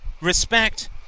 Respect